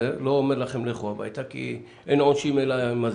אומר לכם ללכת הביתה אבל אני נותן לכם שנה.